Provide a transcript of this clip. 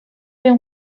wiem